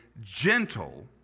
Gentle